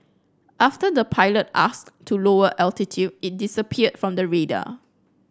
after the pilot asked to lower altitude it disappeared from the radar